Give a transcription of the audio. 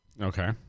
Okay